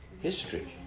history